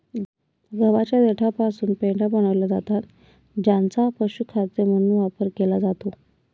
गव्हाच्या देठापासून पेंढ्या बनविल्या जातात ज्यांचा पशुखाद्य म्हणून वापर केला जातो